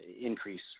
increase